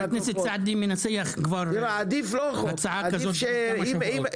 הכנסת סעדי מנסח כבר כמה שבועות הצעת חוק כזאת.